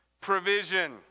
provision